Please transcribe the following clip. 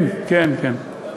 כן, כן, כן.